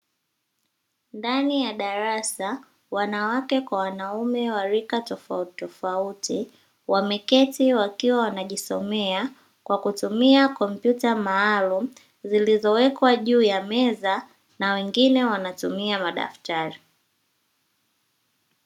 Ndani ya darasa wanawake kwa wanaume wa rika tofauti tofauti wameketi wakiwa wanajisomea kwa kutumia kompyuta maalumu zilizowekwa juu ya meza na wengine wanatumia madaftari.